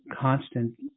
constant